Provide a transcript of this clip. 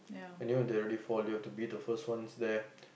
and you know they already fall you have to be the first ones there